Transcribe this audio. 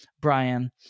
Brian